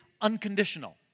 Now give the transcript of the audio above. unconditional